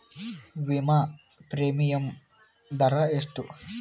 ವಿಮಾ ಪ್ರೀಮಿಯಮ್ ದರಾ ಎಷ್ಟು?